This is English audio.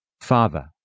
Father